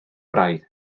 braidd